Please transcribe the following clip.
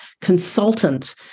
consultant